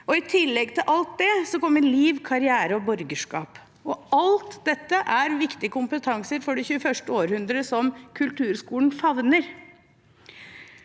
I tillegg til alt det kommer liv, karriere og borgerskap. Alt dette er viktig kompetanse for det 21. århundre som kulturskolen favner.